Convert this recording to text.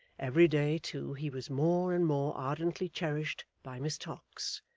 every day, too, he was more and more ardently cherished by miss tox,